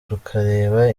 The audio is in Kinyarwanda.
tukareba